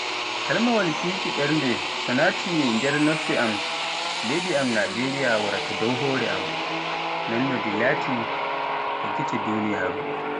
Kalimawaal kiki ɓernde so naati nde noffi am leydi am, Najeriya waarata dow hoore am, noono ndi laati e gite duniyaaru.